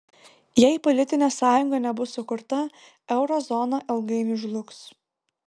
jei politinė sąjunga nebus sukurta euro zona ilgainiui žlugs